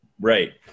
right